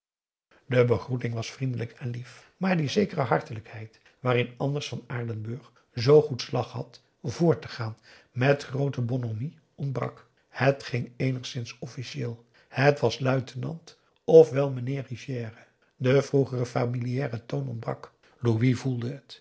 de begroeting was vriendelijk en lief maar die zekere hartelijkheid waarin anders van aardenburg zoo goed slag had voor te gaan met groote bonhomie ontbrak het ging eenigszins officieel het was luitenant of wel meneer rivière de vroegere familiare toon ontbrak louis voelde